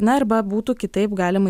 na arba būtų kitaip galima